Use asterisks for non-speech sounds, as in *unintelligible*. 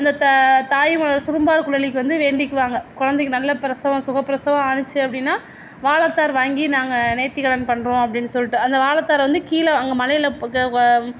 அந்த தா தாயுமானவர் சுரும்பார்குழலிக்கு வந்து வேண்டிக்குவாங்க குழந்தைக்கி நல்ல ப்ரசவம் சுகப்ரசவம் ஆனுச்சு அப்படின்னா வாழைத்தார் வாங்கி நாங்கள் நேர்த்திக்கடன் பண்ணுறோம் அப்படினு சொல்லிட்டு அந்த வாழைத்தார வந்து கீழே அங்கே மலையில் *unintelligible*